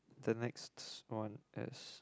the next one is